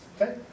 okay